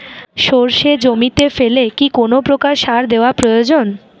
সর্ষে জমিতে ফেলে কি কোন প্রকার সার দেওয়া প্রয়োজন?